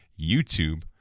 YouTube